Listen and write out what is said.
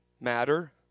matter